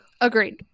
agreed